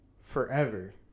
forever